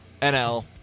NL